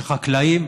שחקלאים,